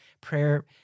prayer